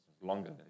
longer